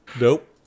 Nope